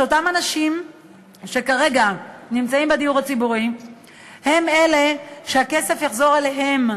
שאותם אנשים שכרגע נמצאים בדיור הציבורי הם אלה שהכסף יחזור אליהם,